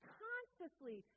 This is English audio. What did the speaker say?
consciously